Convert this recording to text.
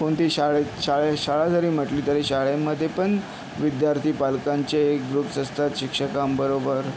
कोणती शाळेत शाळे शाळा जरी म्हटली तरी शाळेमध्ये पण विद्यार्थी पालकांचे ग्रुप्स असतात शिक्षकांबरोबर